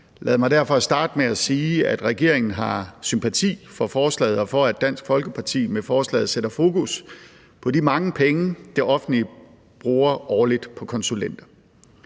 Lad mig derfor starte med at sige, at regeringen har sympati for forslaget og for, at Dansk Folkeparti med forslaget sætter fokus på de mange penge, som det offentlige bruger årligt på konsulenter.